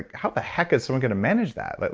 ah how the heck is someone going to manage that? like